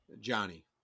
Johnny